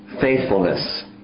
faithfulness